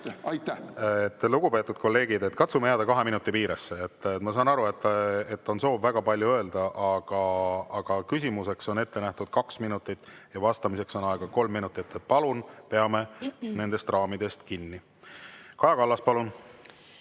Lugupeetud kolleegid, katsume jääda kahe minuti piiresse. Ma saan aru, et on soov väga palju öelda, aga küsimuseks on ette nähtud kaks minutit ja vastamiseks on aega kolm minutit. Palun peame nendest raamidest kinni. Kaja Kallas, palun!